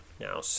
now